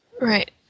Right